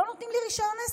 שלא נותנים לי רישיון עסק?